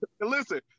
Listen